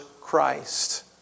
Christ